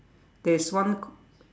there's one